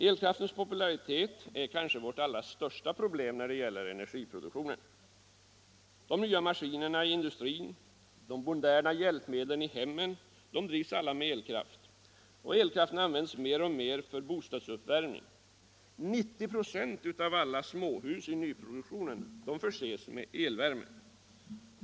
Elkraftens popularitet är kanske vårt allra största problem när det gäller energiproduktionen. De nya maskinerna i industrin och de moderna hjälpmedlen i hemmen drivs med elkraft. Dessutom används elkraft alltmer till bostadsuppvärmning. 90 96 av alla småhus i nyproduktionen är försedda med elvärme.